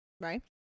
Right